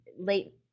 late